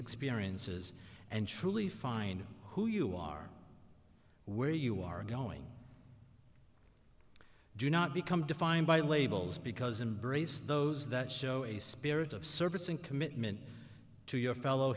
experiences and truly find who you are where you are going do not become defined by labels because embrace those that show a spirit of service and commitment to your fellow